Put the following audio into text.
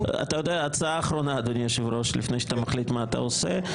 הצעה אחרונה לפני שאתה מחליט מה אתה עושה.